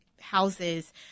houses